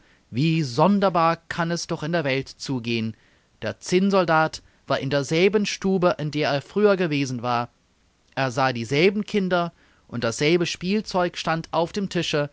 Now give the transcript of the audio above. wie sonderbar kann es doch in der welt zugehen der zinnsoldat war in derselben stube in der er früher gewesen war er sah dieselben kinder und dasselbe spielzeug stand auf dem tische